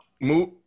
move